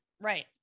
Right